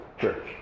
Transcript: church